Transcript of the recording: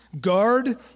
Guard